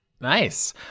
nice